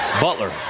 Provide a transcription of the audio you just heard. Butler